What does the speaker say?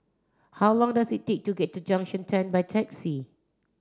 how long does it take to get to Junction ten by taxi